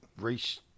race